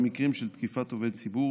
במקרים של תקיפת עובד ציבור